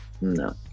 No